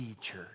church